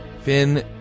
Finn